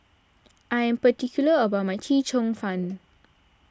I am particular about my Chee Cheong Fun